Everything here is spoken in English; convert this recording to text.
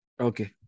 okay